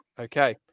Okay